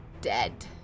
dead